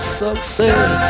success